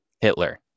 Hitler